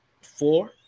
Four